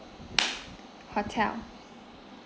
hotel